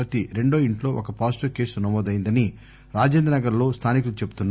ప్రతి రెండో ఇంట్లో ఒక పాజిటివ్ కేసు నమోదయ్యిందని రాజేంద్రనగర్ లో స్టానికులు చెప్తున్నారు